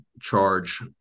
charge